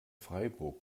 freiburg